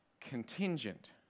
contingent